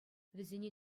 вӗсене